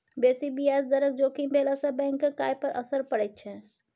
बेसी ब्याज दरक जोखिम भेलासँ बैंकक आय पर असर पड़ैत छै